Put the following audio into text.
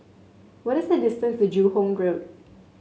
what is the distance to Joo Hong Road